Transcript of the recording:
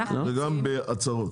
גם זה בהצהרות.